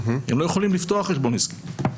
הם לא יכולים לפתוח חשבון עסקי.